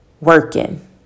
working